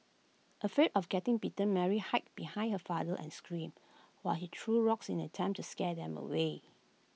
afraid of getting bitten Mary hid behind her father and screamed while he threw rocks in an attempt to scare them away